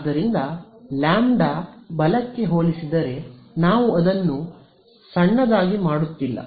ಆದ್ದರಿಂದ ಲ್ಯಾಂಬ್ಡಾಕ್ಕೆ ಹೋಲಿಸಿದರೆ ನಾವು ಅದನ್ನು ಸಣ್ಣದಾಗಿ ಮಾಡುತ್ತಿಲ್ಲ